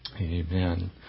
Amen